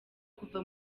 kuva